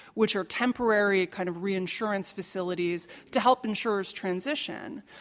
which are temporary kind of reinsurance facilities to help insurers transition,